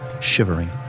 shivering